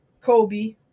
Kobe